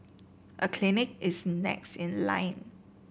a clinic is next in line